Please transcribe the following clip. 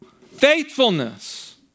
Faithfulness